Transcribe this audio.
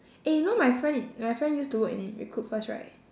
eh you know my friend i~ my friend used to work in recruitfirst right